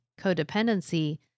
codependency